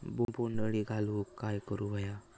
बोंड अळी घालवूक काय करू व्हया?